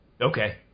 Okay